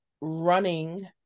Running